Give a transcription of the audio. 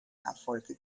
erfolge